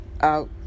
out